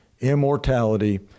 immortality